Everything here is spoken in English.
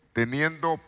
teniendo